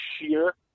sheer